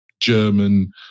German